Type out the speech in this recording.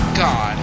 god